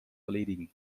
erledigen